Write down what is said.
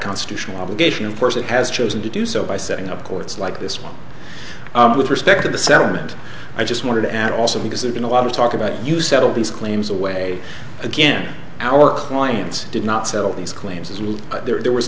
constitutional obligation of course it has chosen to do so by setting up courts like this one with respect to the settlement i just wanted and also because there's been a lot of talk about you settle these claims away again our clients did not settle these claims and there was